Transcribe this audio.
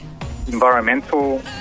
environmental